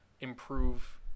improve